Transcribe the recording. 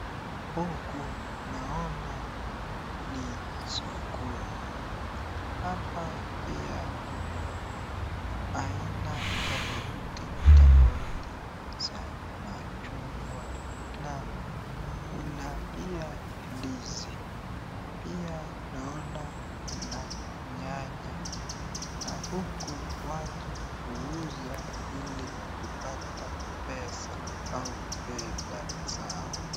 Huku naona ni sokoni. Hapa pia kuna aina tofauti tofauti za machungwa na kuna pia ndizi. Pia naona kuna nyanya na huku watu uuza ili kupata pesa au fedha zao.